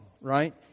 right